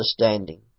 understanding